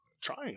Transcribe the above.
trying